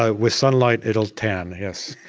ah with sunlight it will tan, yes.